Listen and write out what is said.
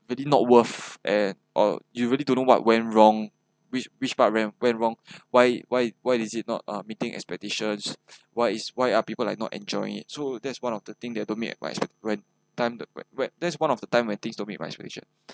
really did not worth and or you really don't know what went wrong which which part went went wrong why why why is it not uh meeting expectations why is why are people like not enjoying it so that's one of the thing that don't meet my ex~ when time the when when that's one of the time when things don't meet my expectations